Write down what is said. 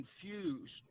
confused